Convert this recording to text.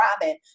Robin